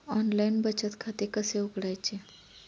Online बचत खाते कसे उघडायचे?